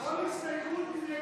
הסתייגות 38 לא נתקבלה.